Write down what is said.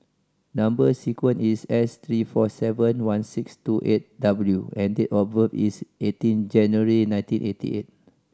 number sequence is S three four seven one six two eight W and date of birth is eighteen January nineteen eighty eight